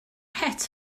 het